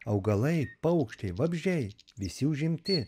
augalai paukščiai vabzdžiai visi užimti